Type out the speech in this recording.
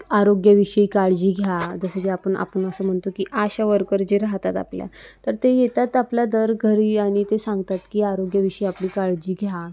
आरोग्याविषयी काळजी घ्या जसं की आपण आपण असं म्हणतो की आशा वर्कर जे राहतात आपल्या तर ते येतात आपल्या दर घरी आणि ते सांगतात की आरोग्याविषयी आपली काळजी घ्या